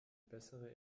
bessere